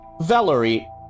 Valerie